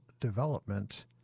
Development